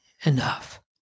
enough